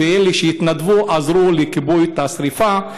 ואלה שהתנדבו עזרו לכיבוי השרפה,